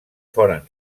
foren